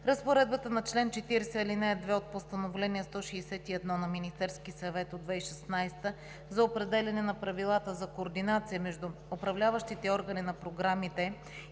Разпоредбата на чл. 40, ал. 2 от Постановление № 161 на Министерския съвет от 2016 г. за определяне на правилата за координация между управляващите органи на програмите